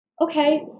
okay